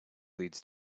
leads